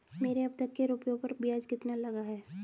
मेरे अब तक के रुपयों पर ब्याज कितना लगा है?